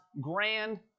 grand